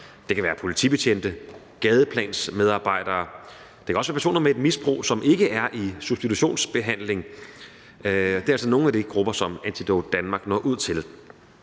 det kan være politibetjente, gadeplansmedarbejdere. Det kan også være personer med et misbrug, som ikke er i substitutionsbehandling. Det er altså nogle af de grupper, som Antidote Danmark når ud til,